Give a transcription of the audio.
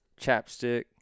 chapstick